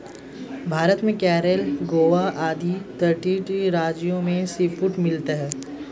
भारत में केरल गोवा आदि तटीय राज्यों में सीफूड मिलता है